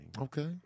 Okay